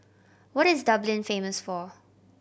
what is Dublin famous for